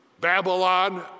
Babylon